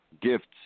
gifts